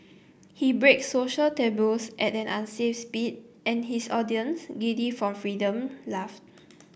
he breaks social taboos at an unsafe speed and his audience giddy from freedom laugh